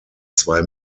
zwei